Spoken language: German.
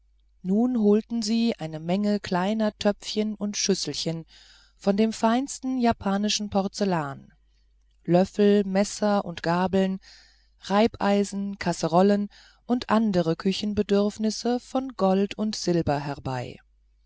nun holten sie eine menge kleiner töpfchen und schüsselchen von dem feinsten japanischen porzellan löffel messer und gabeln reibeisen kasserollen und andere küchenbedürfnisse von gold und silber herbei